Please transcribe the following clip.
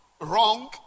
wrong